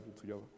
together